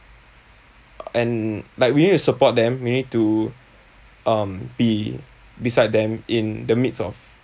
and like we need to support them we need to um be beside them in the midst of